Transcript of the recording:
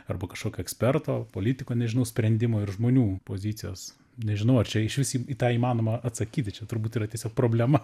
arba kažkokio eksperto politiko nežinau sprendimo ir žmonių pozicijos nežinau ar čia išvis į į tą įmanoma atsakyti čia turbūt yra tiesiog problema